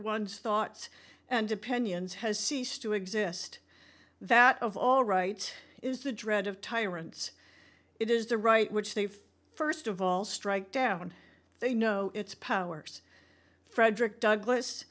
one's thoughts and opinions has ceased to exist that of all right is the dread of tyrants it is the right which they've st of all strike down they know its powers frederick douglas